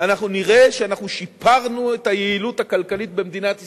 אנחנו נראה שאנחנו שיפרנו את היעילות הכלכלית במדינת ישראל,